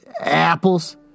apples